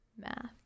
Math